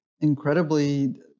incredibly